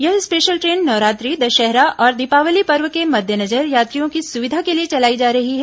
यह special train Navratri Dussehra और दीपावली पर्व के मद्देनजर यात्रियों की सुविधा के लिए चलाई जा रही है